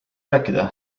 rääkida